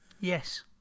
Yes